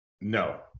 No